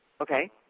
Okay